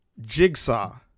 Jigsaw